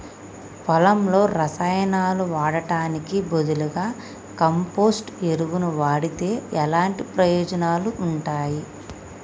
పొలంలో రసాయనాలు వాడటానికి బదులుగా కంపోస్ట్ ఎరువును వాడితే ఎలాంటి ప్రయోజనాలు ఉంటాయి?